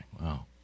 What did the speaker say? wow